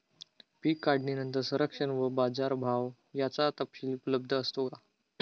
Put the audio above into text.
पीक काढणीनंतर संरक्षण व बाजारभाव याचा तपशील उपलब्ध असतो का?